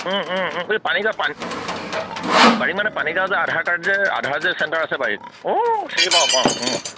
এই পানীগাঁৱৰ পানী বাৰিক মানে পানীগাঁৱৰ যে আধাৰ কাৰ্ড যে আধাৰ যে চেণ্টাৰ আছে বাৰিক অঁ চিনি পাওঁ পাওঁ